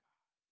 God